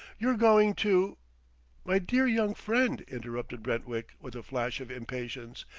you're going to my dear young friend, interrupted brentwick with a flash of impatience,